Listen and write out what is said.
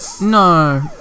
No